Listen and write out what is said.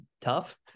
tough